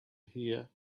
here